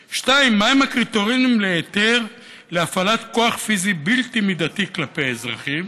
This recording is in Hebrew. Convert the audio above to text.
2. מהם הקריטריונים להיתר להפעלת כוח פיזי בלתי מידתי כלפי אזרחים?